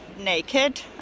Naked